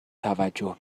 توجه